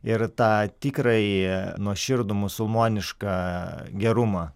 ir tą tikrąjį nuoširdų musulmonišką gerumą